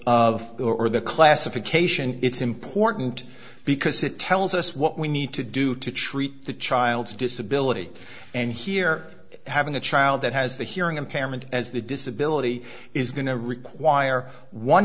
the or the classification it's important because it tells us what we need to do to treat the child's disability and here having a child that has the hearing impairment as the disability is going to require one